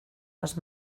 les